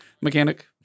mechanic